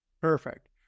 Perfect